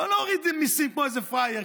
לא להוריד מיסים כמו איזה פראייר,